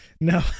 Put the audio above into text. No